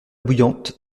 bouillante